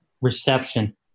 reception